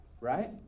right